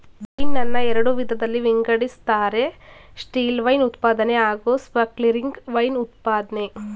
wine ನನ್ನ ಎರಡು ವಿಧದಲ್ಲಿ ವಿಂಗಡಿಸ್ತಾರೆ ಸ್ಟಿಲ್ವೈನ್ ಉತ್ಪಾದನೆ ಹಾಗೂಸ್ಪಾರ್ಕ್ಲಿಂಗ್ ವೈನ್ ಉತ್ಪಾದ್ನೆ